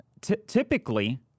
Typically